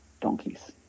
donkeys